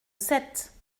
sept